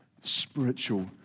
spiritual